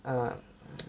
um